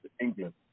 England